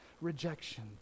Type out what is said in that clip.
rejection